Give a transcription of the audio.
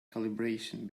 calibration